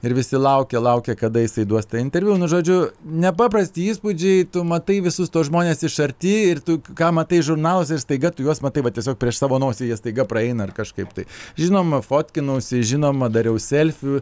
ir visi laukia laukia kada jisai duos tą interviu žodžiu nepaprasti įspūdžiai tu matai visus tuos žmones iš arti ir tu ką matai žurnaluose ir staiga tu juos matai va tiesiog prieš savo nosį jie staiga praeina ir kažkaip tai žinoma fotkinausi žinoma dariau selfių